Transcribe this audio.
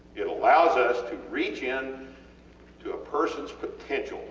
it allows us to reach in to a persons potential